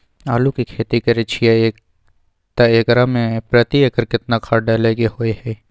आलू के खेती करे छिये त एकरा मे प्रति एकर केतना खाद डालय के होय हय?